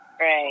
right